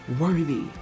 worthy